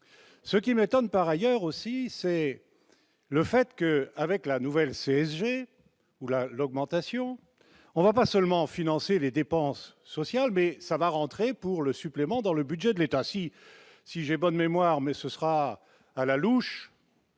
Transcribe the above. ce qui m'attendent par ailleurs aussi, c'est le fait que, avec la nouvelle CSG ou la l'augmentation, on va pas seulement en financer les dépenses sociales, mais ça va rentrer pour le supplément dans le budget de l'État si si j'ai bonne mémoire, mais ce sera à la louche.